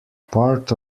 part